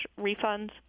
refunds